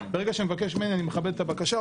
ברגע במבקשים ממני, אני מכבד את הבקשה.